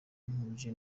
ntuje